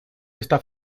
está